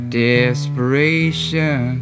desperation